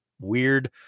weird